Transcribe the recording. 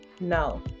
no